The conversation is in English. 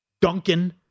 Duncan